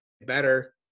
better